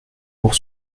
pour